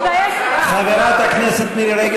חברת הכנסת מירי רגב,